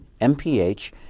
MPH